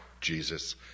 Jesus